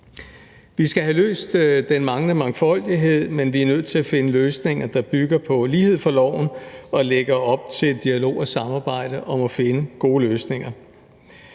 Vi skal have løst den manglende mangfoldighed, men vi er nødt til at finde løsninger, der bygger på lighed for loven og lægger op til en dialog og et samarbejde om at finde gode løsninger.